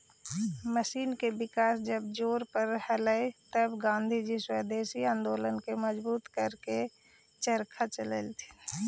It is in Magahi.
मशीन के विकास जब जोर पर हलई तब गाँधीजी स्वदेशी आंदोलन के मजबूत करे लगी चरखा चलावऽ हलथिन